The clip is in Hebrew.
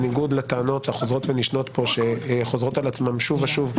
בניגוד לטענות החוזרות ונשנות כאן שחוזרות על עצמן שוב ושוב,